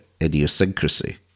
idiosyncrasy